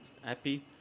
happy